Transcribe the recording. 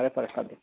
ꯐꯔꯦ ꯐꯔꯦ